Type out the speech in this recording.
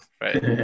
right